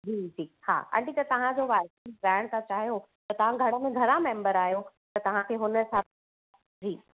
जी जी हा आंटी त तव्हांजो वाइफाइ लॻाइणु था चाहियो त तव्हां घर में घणा मेंबर आयो त तव्हांखे हुन हिसाबु सां जी